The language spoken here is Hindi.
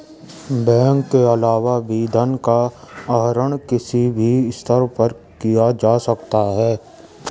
बैंक के अलावा भी धन का आहरण किसी भी स्तर पर किया जा सकता है